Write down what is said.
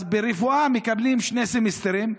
אז ברפואה מקבלים בשני סמסטרים,